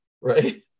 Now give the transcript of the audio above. right